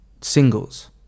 Singles